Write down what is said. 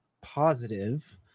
positive